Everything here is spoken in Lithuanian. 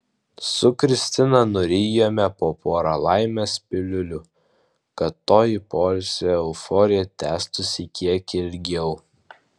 su kristina nurijome po porą laimės piliulių kad toji poilsio euforija tęstųsi kiek ilgiau